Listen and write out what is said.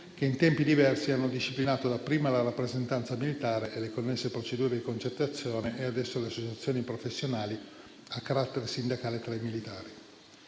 che in tempi diversi hanno disciplinato, prima, la rappresentanza militare e le connesse procedure di concentrazione e, adesso, le associazioni professionali a carattere sindacale tra i militari.